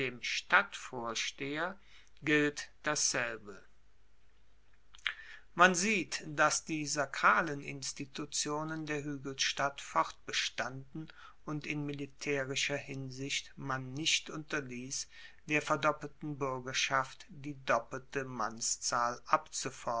stadtvorsteher gilt dasselbe man sieht dass die sakralen institutionen der huegelstadt fortbestanden und in militaerischer hinsicht man nicht unterliess der verdoppelten buergerschaft die doppelte mannszahl